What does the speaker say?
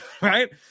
right